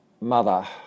mother